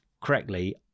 correctly